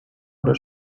oder